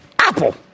Apple